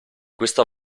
questa